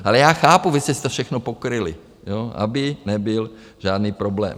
Ale já chápu, vy jste všechno pokryli, aby nebyl žádný problém.